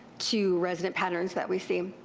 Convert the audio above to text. two resident patterns that we see.